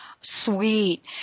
Sweet